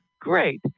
Great